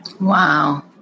Wow